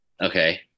Okay